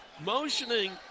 motioning